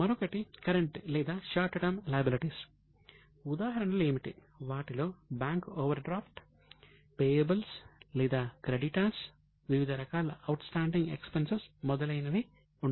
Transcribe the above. మరొకటి కరెంట్ మొదలగునవి ఉంటాయి